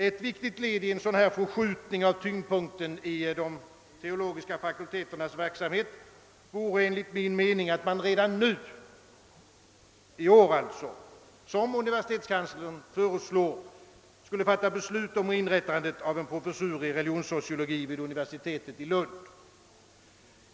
Ett väsentligt led i en sådan förskjutning av tyngdpunkten i de teologiska fakulteternas verksamhet vore enligt min mening, att man redan i år, så som universitetskanslern föreslår, fattade beslut om inrättande av en professur i religionssociologi vid universitetet i Lund.